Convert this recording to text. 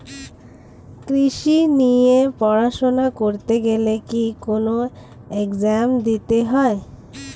কৃষি নিয়ে পড়াশোনা করতে গেলে কি কোন এগজাম দিতে হয়?